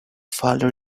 follow